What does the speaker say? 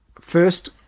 first